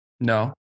No